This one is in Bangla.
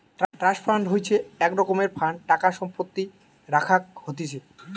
ট্রাস্ট ফান্ড হইসে এক রকমের ফান্ড টাকা সম্পত্তি রাখাক হতিছে